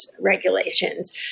regulations